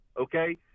okay